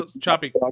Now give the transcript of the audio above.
choppy